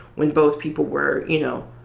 when both people were, you know,